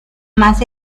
más